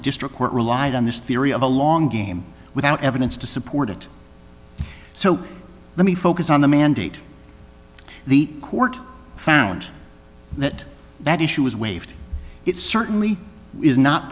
district court relied on this theory of a long game without evidence to support it so let me focus on the mandate the court found that that issue was waived it certainly is not